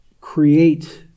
create